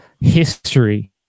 history